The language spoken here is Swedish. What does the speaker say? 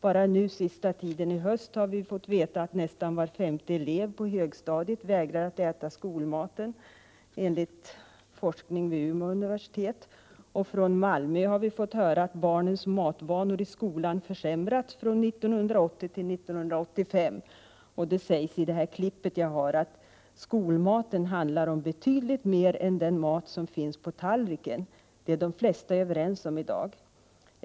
Bara under den senaste tiden i höst har vi fått veta att nästan var femte elev vägrar att äta skolmaten, enligt forskning vid Umeå universitet. Från Malmö har vi fått höra att barnens matvanor i skolan försämrats från 1980 till 1985. I en tidningsartikel i Dagens Nyheter sägs följande: ”Att skolmaten handlar om betydligt mer än den mat som finns på tallriken, det är de flesta överens om i dag.